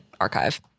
archive